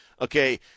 okay